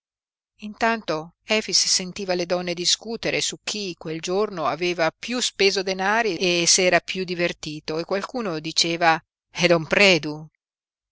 intanto efix sentiva le donne discutere su chi quel giorno aveva piú speso denari e s'era piú divertito e qualcuno diceva è don predu